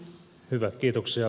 hyvä kiitoksia